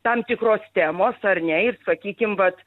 tam tikros temos ar ne ir sakykim vat